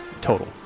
Total